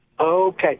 Okay